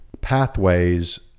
Pathways